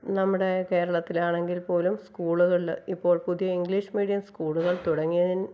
നമ്മുടെ കേരളത്തിലാണെങ്കിൽ പോലും സ്കൂളുകളിൽ ഇപ്പോൾ പുതിയ ഇംഗ്ലീഷ് മീഡിയം സ്കൂളുകൾ തുടങ്ങിയതിന്